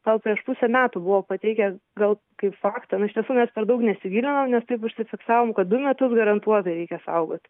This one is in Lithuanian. gal prieš pusę metų buvo pateikę gal kaip faktą nu iš tiesų mes per daug nesigilinom nes taip užsifiksavom kad du metus garantuotai reikia saugot